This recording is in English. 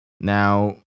Now